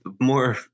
more